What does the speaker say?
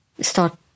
start